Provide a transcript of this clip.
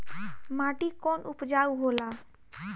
माटी कौन उपजाऊ होला?